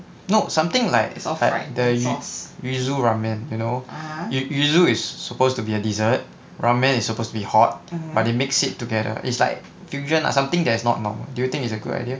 no something like the yuzu ramen you know yuzu is supposed to be a dessert ramen is supposed to be hot but they mix it together it's like fusion or something that is not normal do you think is a good idea